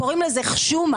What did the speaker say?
קוראים לזה חשומה.